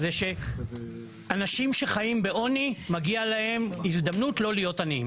זה שאנשים שחיים בעוני מגיעה להם הזדמנות לא להיות עניים.